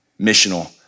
missional